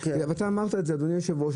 ואתה אמרת את זה אדוני היו"ר,